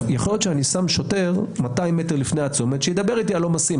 יכול להיות שאני שם שוטר 200 מטר לפני הצומת שידבר איתי על העומסים.